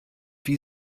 wie